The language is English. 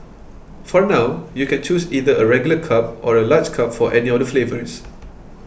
for now you can choose either a regular cup or a large cup for any of the flavours